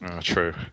True